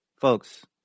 folks